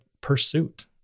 pursuit